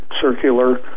circular